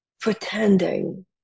pretending